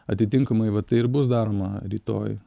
atitinkamai va tai ir bus daroma rytoj